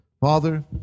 Father